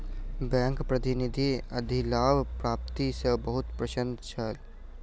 bank प्रतिनिधि अधिलाभ प्राप्ति सॅ बहुत प्रसन्न छला